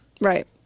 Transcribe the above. Right